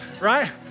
right